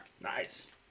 Nice